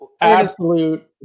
Absolute